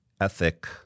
ethic